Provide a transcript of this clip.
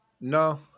No